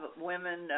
women